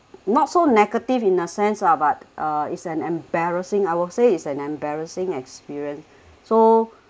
not so negative in a sense lah but uh it's an embarrassing I will say it's an embarrassing experience so